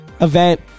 event